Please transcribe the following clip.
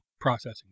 processing